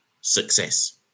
success